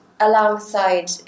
alongside